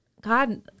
God